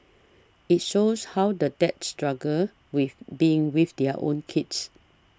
it shows how the dads struggle with being with their own kids